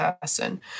person